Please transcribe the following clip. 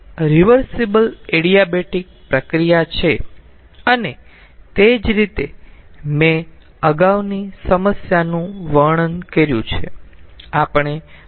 આ એક reversible adiabatic પ્રક્રિયા છે અને તે જ રીતે મેં અગાઉની સમસ્યાનું વર્ણન કર્યું છે